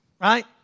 Right